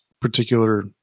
particular